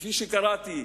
כפי שקראתי,